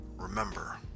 Remember